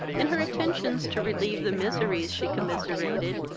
in her attentions to relieve the miseries she commiserated,